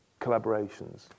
collaborations